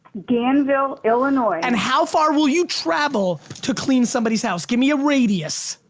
danville, illinois. and how far will you travel to clean somebody's house? give me a radius.